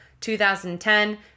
2010